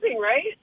right